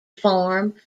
form